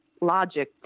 logic